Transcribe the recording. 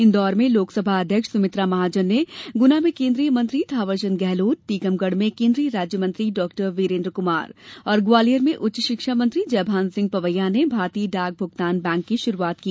इन्दौर में लोकसभा अध्यक्ष सुमित्रा महाजन ने गुना में केन्द्रीय मंत्री थावरचन्द गेहलोत टीकमगढ़ में केन्द्रीय राज्य मंत्री डॉ वीरेन्द्र कुमार और ग्वालियर में उच्च शिक्षा मंत्री जयभान सिंह पवैया ने भारतीय डाक भूगतान बैंक की शुरूआत की